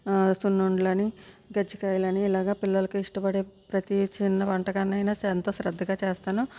సున్నుండలని కజ్జికాయలని ఇలాగా పిల్లలకి ఇష్టపడే ప్రతీ చిన్న వంటకాన్ని అయినా ఎంతో శ్రద్ధగా చేస్తాను